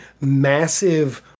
massive